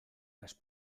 las